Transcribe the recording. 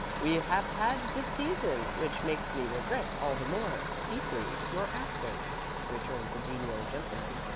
we have had this season, which makes me regret all the more deeply your absence, returned the genial gentleman,